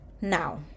Now